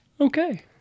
Okay